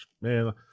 man